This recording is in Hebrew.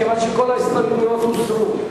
מכיוון שכל ההסתייגויות הוסרו,